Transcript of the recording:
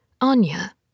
Anya